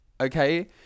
okay